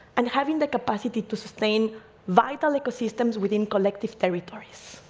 and having the capacity to sustain vital ecosystems within collective territories.